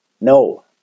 No